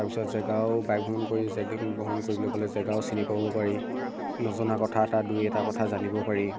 তাৰপিছত জেগাও বাইক ভ্ৰমণ কৰি জেগা ভ্ৰমণ কৰিবলৈ ক'লে জেগাও চিনি পাব পাৰি নজনা কথা এটা দুই এটা কথা জানিব পাৰি